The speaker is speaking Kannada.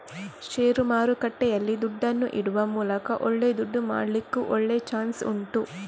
ಷೇರು ಮಾರುಕಟ್ಟೆಯಲ್ಲಿ ದುಡ್ಡನ್ನ ಇಡುವ ಮೂಲಕ ಒಳ್ಳೆ ದುಡ್ಡು ಮಾಡ್ಲಿಕ್ಕೂ ಒಳ್ಳೆ ಚಾನ್ಸ್ ಉಂಟು